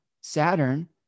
Saturn